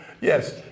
Yes